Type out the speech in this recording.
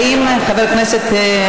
האם חבר הכנסת,